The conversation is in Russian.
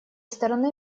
стороны